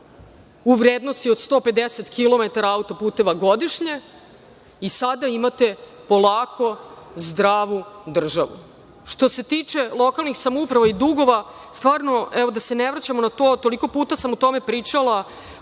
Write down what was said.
u vrednosti od 150 kilometara autoputeva godišnje i sada imate polako zdravu državu. Što se tiče lokalnih samouprava i dugova, stvarno, evo, da se ne vraćamo na to, toliko puta sam o tome pričala